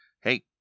Hey